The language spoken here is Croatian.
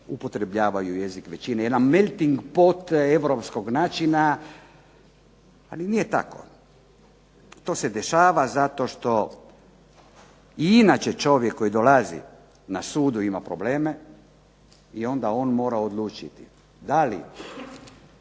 upotrebljavaju jezik većine. Jedan melting pot europskog načina, ali nije tako. To se dešava zato što i inače čovjek koji dolazi na sudu, ima probleme i onda on mora odlučiti da li